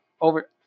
over